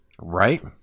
Right